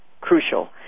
crucial